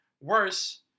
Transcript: worse